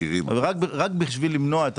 אבל רק בשביל למנוע את